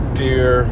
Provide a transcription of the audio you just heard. dear